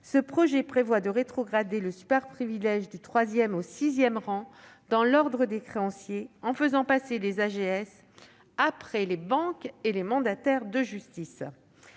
Ce projet prévoit de rétrograder le superprivilège du troisième au sixième rang dans l'ordre des créanciers, en faisant passer l'AGS après les banques et les mandataires de justice.